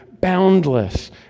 boundless